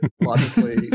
logically